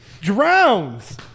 Drowns